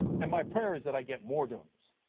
and my prayer is that i get more donors.